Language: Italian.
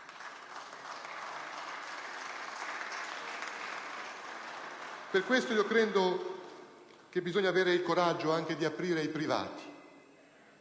Per questo credo che bisogna avere il coraggio di aprire ai privati.